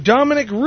Dominic